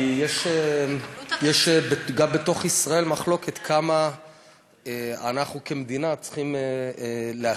כי יש גם בתוך ישראל מחלוקת כמה אנחנו כמדינה צריכים להשקיע,